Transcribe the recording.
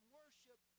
worship